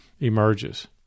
emerges